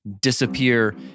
disappear